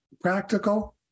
practical